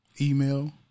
email